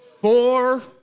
four